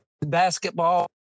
basketball